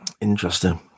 Interesting